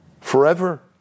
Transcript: forever